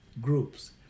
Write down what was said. groups